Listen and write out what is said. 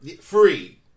Free